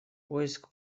поиск